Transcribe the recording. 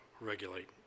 regulate